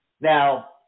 Now